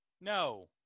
No